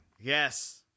Yes